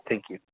thank you